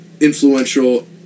influential